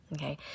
okay